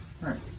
right